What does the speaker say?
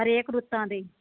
ਹਰੇਕ ਰੁੱਤਾਂ ਦੇ